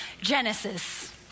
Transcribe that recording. Genesis